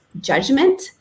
judgment